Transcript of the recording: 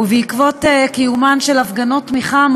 (החמרת הענישה),